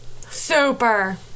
super